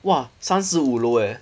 !wah! 三十五楼 eh